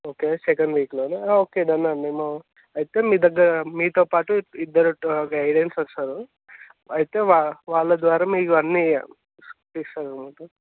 okay second వీక్లో okay done అండి అయితే మీ దగ్గర మీతో పాటు ఇద్దరు గైడ్స్ వస్తారు అయితే వా వాళ్ళ ద్వారా మీకు అన్నీ ఇస్తారు మీకు